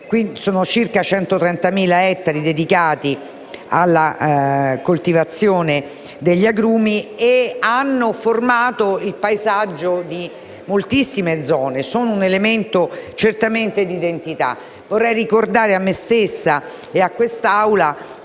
Sono circa 130.000 gli ettari dedicati alla coltivazione degli agrumi e questi hanno formato il paesaggio di moltissime zone; sono un elemento certamente d'identità. Vorrei ricordare a me stessa e a questa